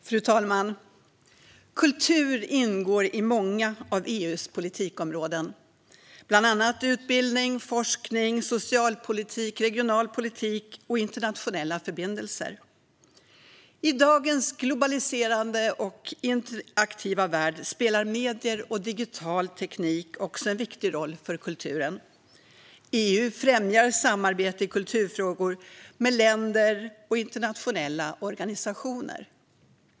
Fru talman! Kultur ingår i många av EU:s politikområden, bland annat utbildning, forskning, socialpolitik, regional politik och internationella förbindelser. I dagens globaliserade och interaktiva värld spelar medier och digital teknik också en viktig roll för kulturen. EU främjar samarbete i kulturfrågor mellan länder och internationella organisationer.